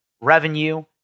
revenue